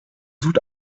sucht